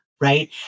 right